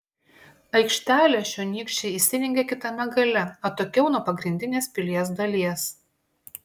aikštelę čionykščiai įsirengė kitame gale atokiau nuo pagrindinės pilies dalies